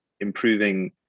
improving